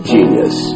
Genius